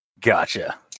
gotcha